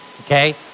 Okay